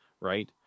right